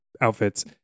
outfits